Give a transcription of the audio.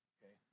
Okay